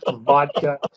vodka